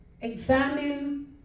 examine